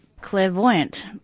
clairvoyant